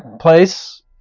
place